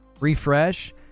refresh